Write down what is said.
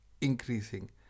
increasing